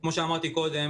כמו שאמרתי קודם,